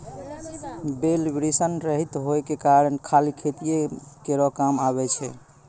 बैल वृषण रहित होय केरो कारण खाली खेतीये केरो काम मे आबै छै